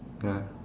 ya